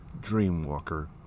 Dreamwalker